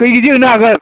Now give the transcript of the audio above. खै केजि होनो हागोन